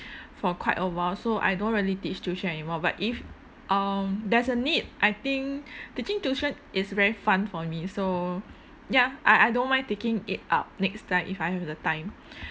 for quite a while so I don't really teach tuition anymore but if um there's a need I think teaching tuition is very fun for me so ya I I don't mind taking it up next time if I have the time